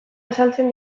azaltzen